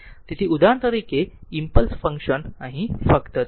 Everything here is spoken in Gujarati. તેથી ઉદાહરણ તરીકે ઈમ્પલસ ફંક્શન અહીં ફક્ત છે